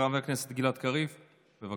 חבר הכנסת גלעד קריב, בבקשה.